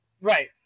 Right